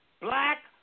black